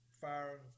fire